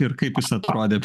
ir kaip jis atrodė